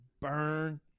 burn